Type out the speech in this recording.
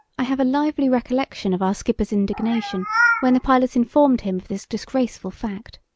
i have a lively recollection of our skipper's indignation when the pilot informed him of this disgraceful fact.